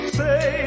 say